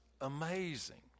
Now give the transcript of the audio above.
amazing